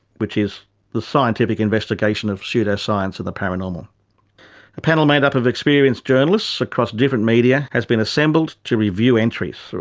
which is the scientific investigation of pseudoscience and the paranormal. a panel made up of experienced journalists across differing media has been assembled to review entries.